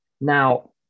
now